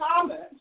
comments